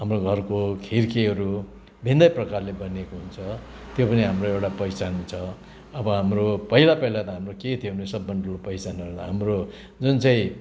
हाम्रो घरको खिड्कीहरू भिन्दै प्रकारले बनिएको हुन्छ त्यो पनि हाम्रो एउटा पहिचान छ अब हाम्रो पहिला पहिला त हाम्रो के थियो भने सबभन्दा ठुलो पहिचानहरू हाम्रो जुन चाहिँ